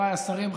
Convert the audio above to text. חבריי השרים,